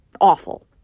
awful